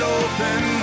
open